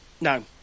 No